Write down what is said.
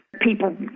people